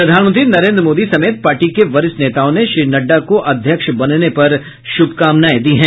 प्रधानमंत्री नरेन्द्र मोदी समेत पार्टी के वरिष्ठ नेताओं ने श्री नड़डा को अध्यक्ष बनने पर शुभकामनाएं दीं